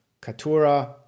Katura